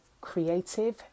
creative